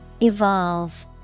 Evolve